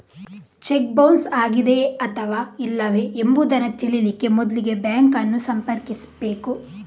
check bounce ಆಗಿದೆಯೇ ಅಥವಾ ಇಲ್ಲವೇ ಎಂಬುದನ್ನ ತಿಳೀಲಿಕ್ಕೆ ಮೊದ್ಲಿಗೆ ಬ್ಯಾಂಕ್ ಅನ್ನು ಸಂಪರ್ಕಿಸ್ಬೇಕು